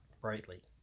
brightly